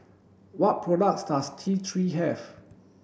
what products does T three have